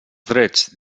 drets